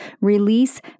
release